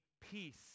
peace